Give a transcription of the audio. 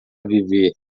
viver